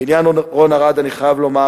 בעניין רון ארד אני חייב לומר,